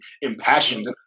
impassioned